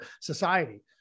society